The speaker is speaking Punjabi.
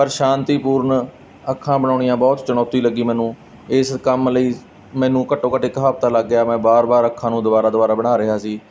ਪਰ ਸ਼ਾਂਤੀਪੂਰਨ ਅੱਖਾਂ ਬਣਾਉਣੀਆਂ ਬਹੁਤ ਚੁਣੌਤੀ ਲੱਗੀ ਮੈਨੂੰ ਇਸ ਕੰਮ ਲਈ ਮੈਨੂੰ ਘੱਟੋ ਘੱਟ ਇੱਕ ਹਫਤਾ ਲੱਗ ਗਿਆ ਮੈਂ ਬਾਰ ਬਾਰ ਅੱਖਾਂ ਨੂੰ ਦੁਬਾਰਾ ਦੁਬਾਰਾ ਬਣਾ ਰਿਹਾ ਸੀ